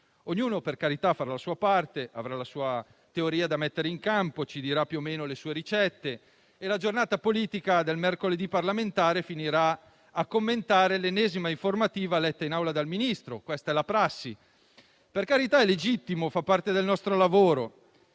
Ognuno - per carità - farà la sua parte, avrà la sua teoria da mettere in campo, ci dirà più o meno le sue ricette e la giornata politica del mercoledì parlamentare finirà a commentare l'ennesima informativa letta in Aula dal Ministro. Questa è la prassi. Per carità, è legittimo, fa parte del nostro lavoro.